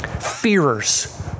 fearers